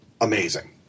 amazing